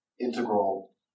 integral